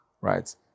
right